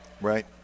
Right